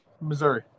Missouri